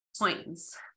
points